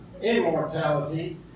immortality